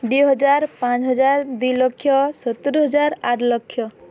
ଦୁଇ ହଜାର ପାଞ୍ଚହଜାର ଦୁଇ ଲକ୍ଷ ସତର ହଜାର ଆଠ ଲକ୍ଷ